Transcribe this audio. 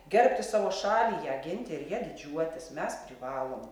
gerbti savo šalį ją ginti ir ja didžiuotis mes privalom